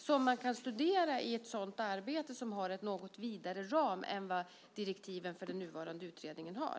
Även de kan studeras i ett arbete som har en något vidare ram än vad direktiven för den nuvarande utredningen har.